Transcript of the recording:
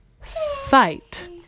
sight